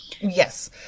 Yes